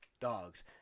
dogs